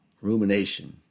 rumination